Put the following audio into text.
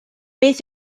beth